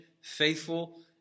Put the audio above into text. faithful